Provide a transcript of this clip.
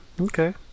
Okay